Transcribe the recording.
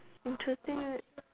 interesting